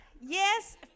Yes